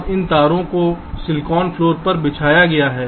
अब इन तारों को सिलिकॉन फ्लोर पर बिछाया गया है